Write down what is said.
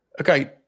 Okay